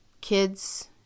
kids